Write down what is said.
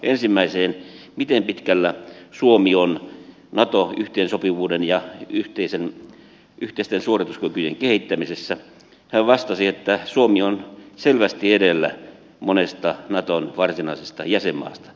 ensimmäiseen miten pitkällä suomi on nato yhteensopivuuden ja yhteisten suorituskykyjen kehittämisessä hän vastasi että suomi on selvästi edellä monesta naton varsinaisesta jäsenmaasta